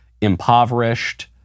impoverished